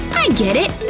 i get it!